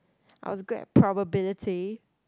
I was good at probability